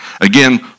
Again